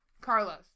Carlos